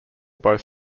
both